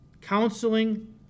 counseling